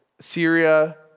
Syria